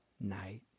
night